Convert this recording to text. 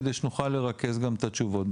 כדי שנוכל לרכז גם את התשובות.